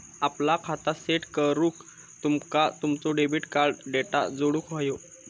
आपला खाता सेट करूक तुमका तुमचो डेबिट कार्ड डेटा जोडुक व्हयो